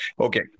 okay